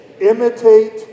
Imitate